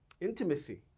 intimacy